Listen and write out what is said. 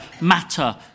matter